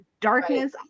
darkness